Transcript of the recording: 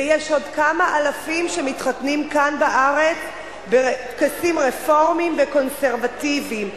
ויש עוד כמה אלפים שמתחתנים כאן בארץ בטקסים רפורמיים וקונסרבטיביים,